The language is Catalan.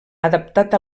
adaptat